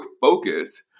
focus